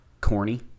corny